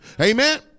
Amen